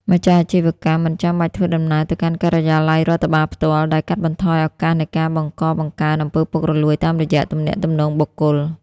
ម្ចាស់អាជីវកម្មមិនចាំបាច់ធ្វើដំណើរទៅកាន់ការិយាល័យរដ្ឋបាលផ្ទាល់ ដែលកាត់បន្ថយឱកាសនៃការបង្កបង្កើន អំពើពុករលួយ តាមរយៈទំនាក់ទំនងបុគ្គល។